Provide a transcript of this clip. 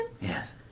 Yes